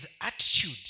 attitude